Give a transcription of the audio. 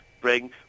bring